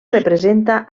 representa